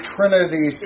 Trinity